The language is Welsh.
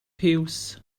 piws